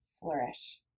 flourish